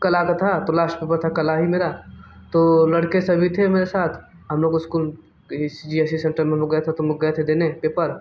कला का था तो लास्ट पेपर था कला ही मेरा तो लड़के सभी थे मेरे साथ हम लोग स्कूल इस सेप्टेम्बर में गए थे तो हम लोग गए थे देने पेपर